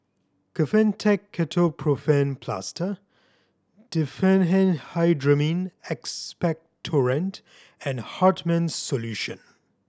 Kefentech Ketoprofen Plaster Diphenhydramine Expectorant and Hartman's Solution